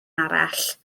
arall